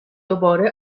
دوباره